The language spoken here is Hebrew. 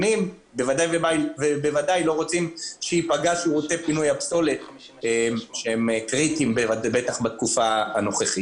בוודאי פינוי הפסולת שהוא קריטי בתקופה זו.